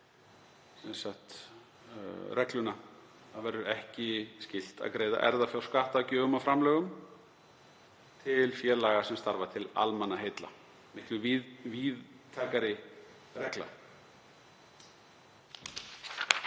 útvíkka regluna. Það verður ekki skylt að greiða erfðafjárskatt af gjöfum og framlögum til félaga sem starfa til almannaheilla, miklu víðtækari regla.